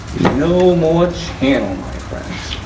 no more channel my friends.